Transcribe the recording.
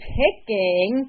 picking